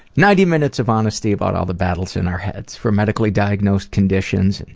ninety minutes of honesty about all the battles in our heads from medically diagnosed conditions, and